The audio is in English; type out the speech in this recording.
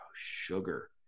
sugar